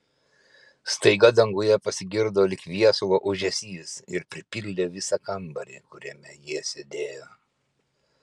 staiga danguje pasigirdo lyg viesulo ūžesys ir pripildė visą kambarį kuriame jie sėdėjo